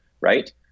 right